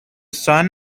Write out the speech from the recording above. son